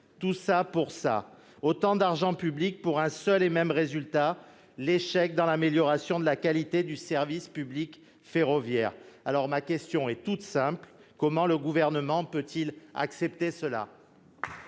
Tout ça pour ça ! Autant d'argent public pour un seul et même résultat : l'échec dans l'amélioration de la qualité du service public ferroviaire. Ma question est toute simple, monsieur le ministre : comment le Gouvernement peut-il accepter cela ?